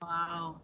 Wow